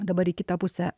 dabar į kitą pusę